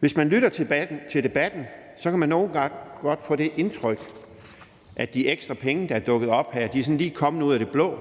Hvis man lytter til debatten, kan man nogle gange godt få det indtryk, at de ekstra penge, der er dukket op her, sådan lige er kommet ud af det blå,